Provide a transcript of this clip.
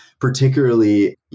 particularly